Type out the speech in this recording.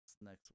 next